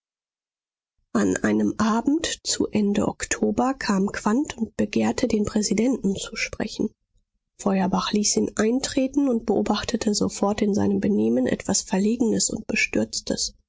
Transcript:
an einem abend zu ende oktober kam quandt und begehrte den präsidenten zu sprechen feuerbach ließ ihn eintreten und beobachtete sofort in seinem benehmen etwas verlegenes und bestürztes